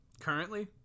Currently